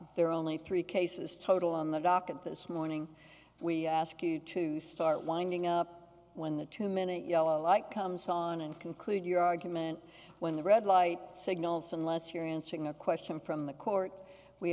are only three cases total on the docket this morning we ask you to start winding up when the two minute yellow light comes on and conclude your argument when the red light signals unless you're in seeing a question from the court we